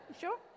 Sure